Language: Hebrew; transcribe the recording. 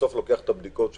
שלוקח את הבדיקות שלהם,